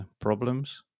problems